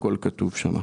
הכל כתוב שם.